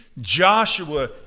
Joshua